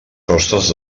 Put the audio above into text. costes